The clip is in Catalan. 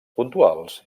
puntuals